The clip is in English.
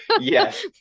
yes